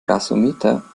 gasometer